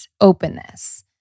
openness